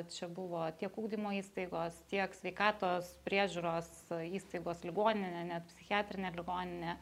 čia buvo tiek ugdymo įstaigos tiek sveikatos priežiūros įstaigos ligoninė net psichiatrinė ligoninė